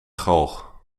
galg